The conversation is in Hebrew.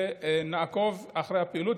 ונעקוב אחרי הפעילות.